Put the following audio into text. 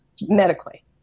medically